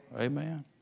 Amen